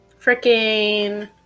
Freaking